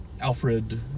alfred